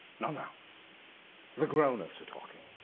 not now. the grown-ups are talking.